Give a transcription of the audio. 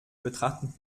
betrachtet